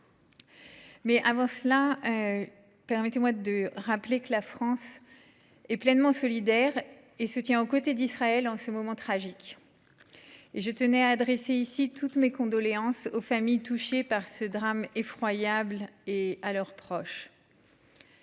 traités. Avant tout, permettez-moi de rappeler que la France est pleinement solidaire d’Israël et se tient à ses côtés en ce moment tragique. Je tenais à adresser toutes mes condoléances aux familles touchées par ce drame effroyable et à leurs proches.